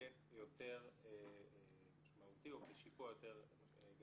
בהיקף יותר משמעותי או כשיפוע יותר גבוה.